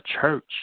church